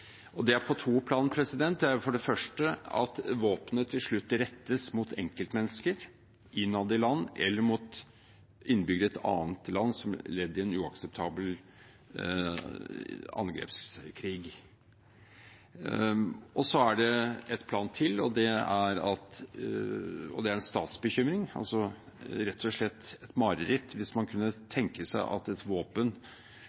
Det er to plan. Det første er at våpenet til slutt rettes mot enkeltmennesker innad i landet eller mot innbyggere i et annet land som ledd i en uakseptabel angrepskrig. Det andre planet er en statsbekymring. Det er rett og slett et mareritt hvis det kan tenkes at et våpen eller våpensystem produsert i Norge til slutt blir en trussel og